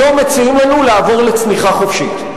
היום מציעים לנו לעבור לצניחה חופשית.